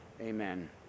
Amen